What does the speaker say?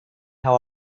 how